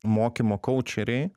mokymo koučeriai